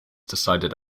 decided